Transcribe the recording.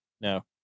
No